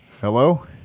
Hello